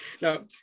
Now